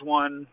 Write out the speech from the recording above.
one